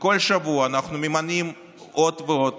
וכל שבוע אנחנו ממנים עוד ועוד